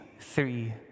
three